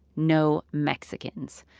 no mexicans.